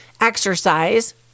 exercise